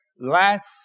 last